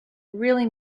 really